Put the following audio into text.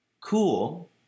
cool